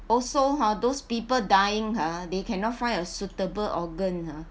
also ha those people dying ah they cannot find a suitable organ ah